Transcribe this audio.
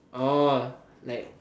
orh like